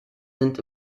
sind